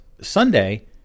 Sunday